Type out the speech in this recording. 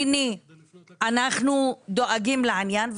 הנה אנחנו דואגים לעניין?